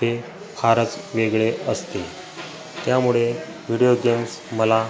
ते फारच वेगळे असते त्यामुळे व्हिडिओ गेम्स मला